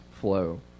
flow